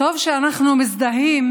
טוב שאנחנו מזדהים